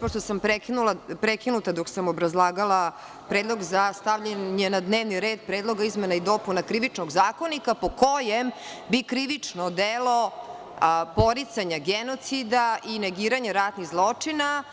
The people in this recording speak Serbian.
Pošto sam prekinuta dok sam obrazlagala predlog za stavljanje na dnevni red predloga izmena i dopuna Krivičnog zakonika, po kojem bi krivično delo poricanja genocida i negiranje ratnih zločina